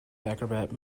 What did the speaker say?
acrobat